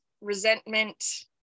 resentment